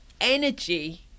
energy